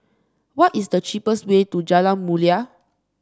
what is the cheapest way to Jalan Mulia